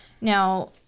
Now